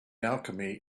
alchemy